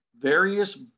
various